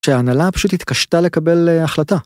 שההנהלה פשוט התקשתה לקבל החלטה.